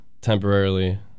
temporarily